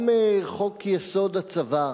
גם חוק-יסוד: הצבא,